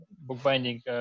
bookbinding